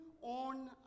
on